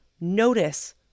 notice